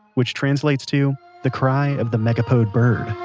which translates to the cry of the megapode bird